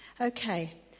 Okay